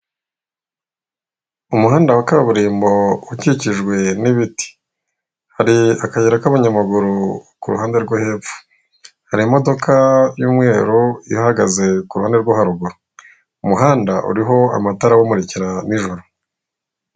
Umuhanda wa kaburimbo ukikijwe n'ibiti hari akayira k'abanyamaguru ku ruhande rwo hepfo hari imodoka y'umweru ihagaze ku ruhande rwo haruguru. Umuhanda uriho amatara awumurikira nijoro.